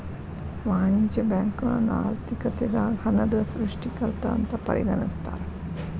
ವಾಣಿಜ್ಯ ಬ್ಯಾಂಕುಗಳನ್ನ ಆರ್ಥಿಕತೆದಾಗ ಹಣದ ಸೃಷ್ಟಿಕರ್ತ ಅಂತ ಪರಿಗಣಿಸ್ತಾರ